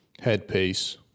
headpiece